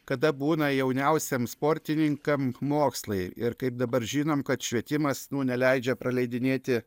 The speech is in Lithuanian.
kada būna jauniausiem sportininkam mokslai ir kaip dabar žinom kad švietimas nu neleidžia praleidinėti